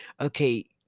okay